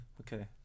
Okay